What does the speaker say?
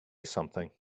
something